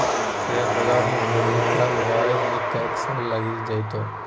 share बजार मे बुरभी तँ उबरै मे कैक साल लगि जेतौ